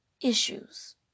issues